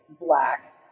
black